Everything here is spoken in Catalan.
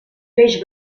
peix